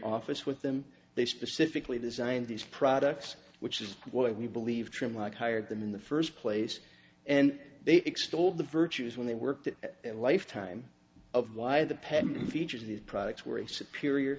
office with them they specifically designed these products which is why we believe trim like hired them in the first place and they extol the virtues when they work to a lifetime of why the pending features of these products were a superior